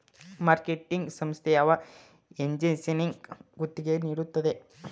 Marketing ಸಂಸ್ಥೆ ಯಾವ ಏಜೆನ್ಸಿಗೆ ಗುತ್ತಿಗೆ ನೀಡುತ್ತದೆ?